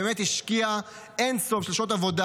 היא באמת השקיעה אין-סוף של שעות עבודה